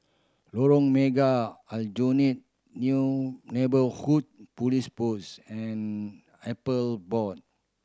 Lorong Mega Aljunied New Neighbourhood Police Post and Appeal Board